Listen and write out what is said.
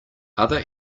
other